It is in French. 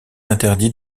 interdit